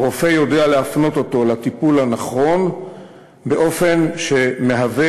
הרופא יודע להפנות אותו לטיפול הנכון באופן שמהווה